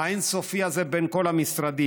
האין-סופי הזה בין כל המשרדים,